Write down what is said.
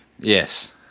Yes